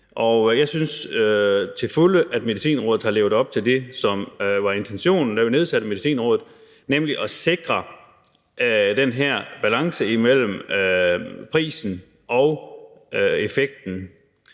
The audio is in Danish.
jeg synes til fulde, at Medicinrådet har levet op til det, som var intentionen med det, da vi nedsatte det, nemlig at sikre den her balance imellem prisen og effekten.